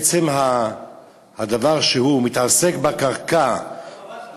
עצם הדבר שהוא מתעסק בקרקע, בבא בתרא.